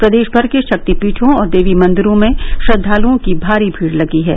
प्रदेश भर के ाक्तिपीठों और देवी मंदिरों में श्रद्धालुओं की भारी भीड़ लगी है